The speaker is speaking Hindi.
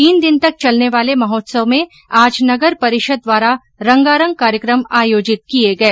तीन दिन तक चलने वाले महोत्सव में आज नगर परिषद द्वारा रंगारंग कार्यक्रम आयोजित किए गए